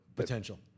potential